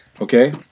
okay